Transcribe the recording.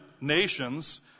nations